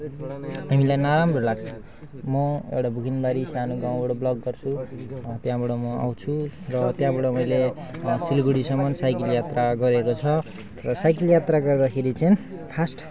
हामीलाई नराम्रो लाग्छ म एउटा बुगिनबारी सानो गाउँबाट बिलङ गर्छु त्यहाँबाट म आउँछु र त्यहाँबाट मैले सिलगढीसम्म साइकल यात्रा गरेको छु र साइकल यात्रा गर्दाखेरि चाहिँ फर्स्ट